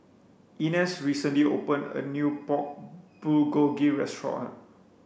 Inez recently opened a new Pork Bulgogi restaurant